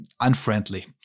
unfriendly